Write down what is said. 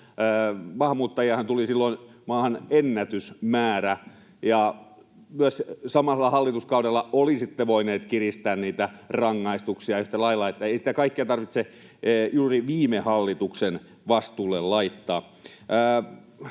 Maahanmuuttajiahan tuli silloin maahan ennätysmäärä, ja myös samalla hallituskaudella olisitte voineet kiristää niitä rangaistuksia yhtä lailla, että ei sitä kaikkea tarvitse juuri viime hallituksen vastuulle laittaa.